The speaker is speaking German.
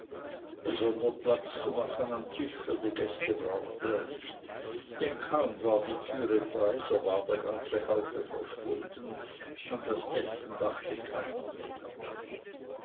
besondern platz zu machen am tische für die gäste brauchte er nicht denn kaum war die tür frei so war der ganze haufe verschwunden an das essen dachte keiner mehr